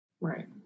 Right